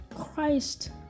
Christ